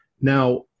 Now